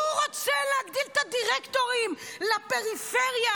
הוא רוצה להגדיל את הדירקטורים מהפריפריה,